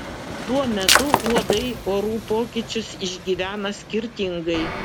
tuo metu uodai orų pokyčius išgyvena skirtingai